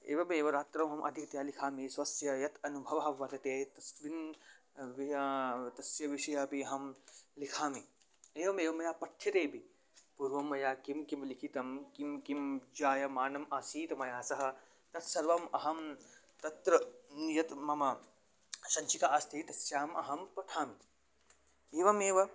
एवमेव रात्रौ अहम् अधिकतया लिखामि स्वस्य यः अनुभवः वर्तते तस्य तस्य विषये अपि अहं लिखामि एवमेव मया पठ्यतेऽपि पुर्वं मया किं किं लिखितं किं किं जायमानम् आसीत् मया सह तत् सर्वम् अहं तत्र या मम शञ्चिका अस्ति तस्याम् अहं पठामि एवमेव